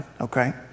Okay